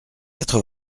quatre